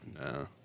No